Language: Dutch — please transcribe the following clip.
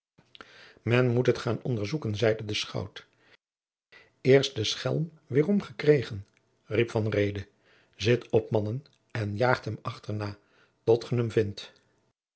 men moet het gaan onderzoeken zeide de schout eerst den schelm weêrom gekregen riep van reede zit op mannen en jaagt hem achterna tot ge hem vindt